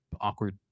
awkward